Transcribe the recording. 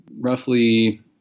roughly